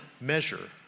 measure